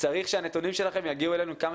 צריך שהנתונים שלכם יגיעו אלינו כמה